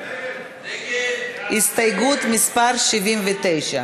ההסתייגות (79)